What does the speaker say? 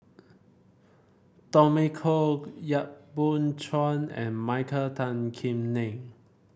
Tommy Koh Yap Boon Chuan and Michael Tan Kim Nei